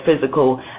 physical